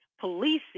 policing